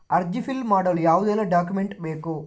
ಅರ್ಜಿ ಫಿಲ್ ಮಾಡಲು ಯಾವುದೆಲ್ಲ ಡಾಕ್ಯುಮೆಂಟ್ ಬೇಕು?